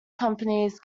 companies